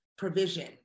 Provision